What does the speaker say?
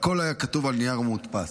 הכול היה כתוב על נייר, מודפס,